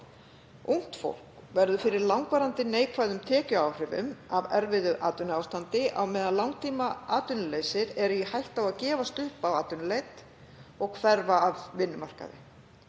Ungt fólk verður fyrir langvarandi neikvæðum tekjuáhrifum af erfiðu atvinnuástandi á meðan langtímaatvinnulausir eru í hættu á að gefast upp á atvinnuleit og hverfa af vinnumarkaði.